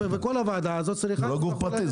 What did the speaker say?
לא גוף פרטי.